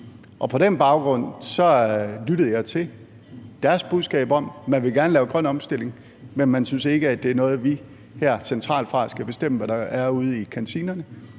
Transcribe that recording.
på den baggrund lyttede jeg til deres budskab om, at man gerne vil lave grøn omstilling, men man synes ikke, det er noget, at vi her fra centralt hold skal bestemme, altså hvad der er ude i kantinerne.